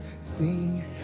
sing